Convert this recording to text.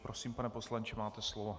Prosím, pane poslanče, máte slovo.